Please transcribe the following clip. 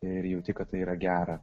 ir jauti kad tai yra gera